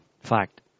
fact